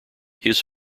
his